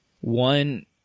one –